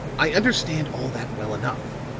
i understand all that well enough,